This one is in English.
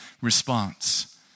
response